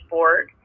Board